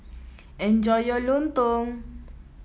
enjoy your lontong